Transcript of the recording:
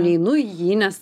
neinu į jį nes